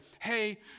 hey